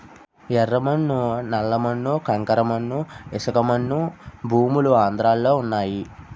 యెర్ర మన్ను నల్ల మన్ను కంకర మన్ను ఇసకమన్ను భూములు ఆంధ్రలో వున్నయి